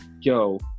yo